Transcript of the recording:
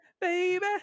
baby